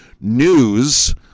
news